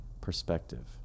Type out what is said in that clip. perspective